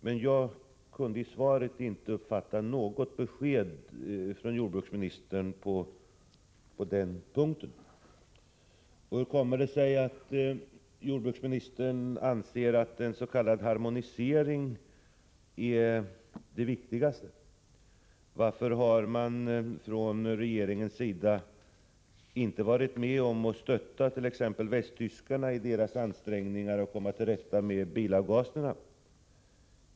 Men jag kunde i svaret inte uppfatta något besked från jordbruksministern på den punkten. Hur kommer det sig att jordbruksministern anser att en s.k. harmonisering är det viktigaste? Varför har man från regeringens sida inte varit med om att stötta t.ex. västtyskarna i deras ansträngningar att komma till rätta med bilavgaserna?